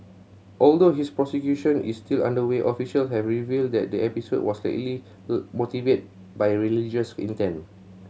although his prosecution is still underway official have revealed that the episode was highly motivated by religious intent